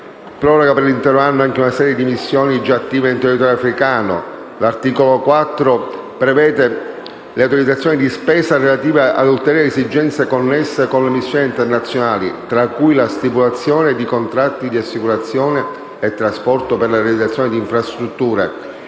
proroga per l'intero anno una serie di missioni già attive in territorio africano, mentre l'articolo 4 prevede le autorizzazioni di spesa relative a ulteriori esigenze connesse alle missioni internazionali, tra cui la stipulazione di contratti di assicurazione e di trasporto e per la realizzazione di infrastrutture,